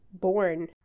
born